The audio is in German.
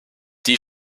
die